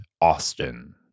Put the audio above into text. Austin